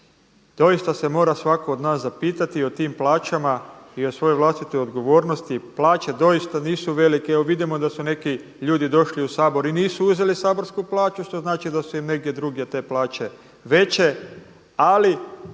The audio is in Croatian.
doista se mora svatko od nas zapitati o tim plaćama i o svojoj vlastitoj odgovornosti. Plaće doista nisu velike. Evo vidimo da su neki ljudi došli u Sabor i nisu uzeli saborsku plaću što znači da su im negdje drugdje te plaće veće. Ali